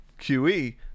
QE